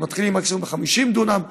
אז מתחילים מקסימום ב-50 דונם,